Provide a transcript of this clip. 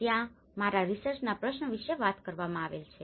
ત્યાં મારા રીસર્ચના પ્રશ્ન વિશે વાત કરવામાં આવેલ છે